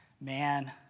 Man